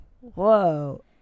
Whoa